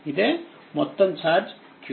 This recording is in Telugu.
ఇదేమొత్తంఛార్జ్q